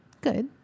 Good